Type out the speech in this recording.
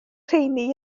rheiny